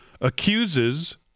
accuses